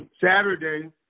Saturday